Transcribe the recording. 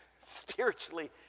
spiritually